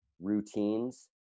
routines